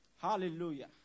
Hallelujah